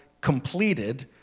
completed